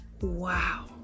Wow